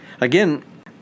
Again